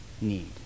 need